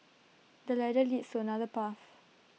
the ladder leads to another path